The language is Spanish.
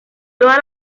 todas